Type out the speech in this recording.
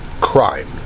crime